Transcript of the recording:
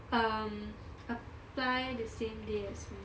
um apply the same day as you